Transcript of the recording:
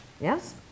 Yes